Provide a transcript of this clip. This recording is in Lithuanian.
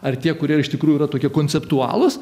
ar tie kurie iš tikrųjų yra tokie konceptualūs